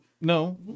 No